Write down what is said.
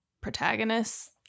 protagonists